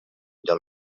del